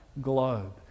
globe